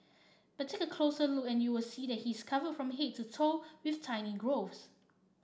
but take a closer look and you will see he is covered from head to toe with tiny growths